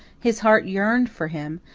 his heart yearned for him,